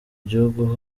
gihugu